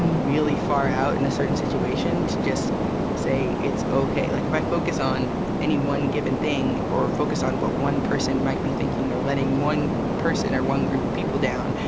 really far out in a certain situation, to just say, it's okay. like if i focus on any one given thing or focus on what one person might be thinking or letting one person or one group of people down,